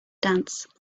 dance